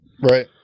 Right